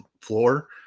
floor